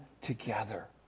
together